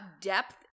depth